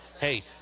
hey